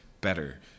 better